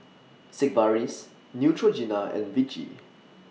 Sigvaris Neutrogena and Vichy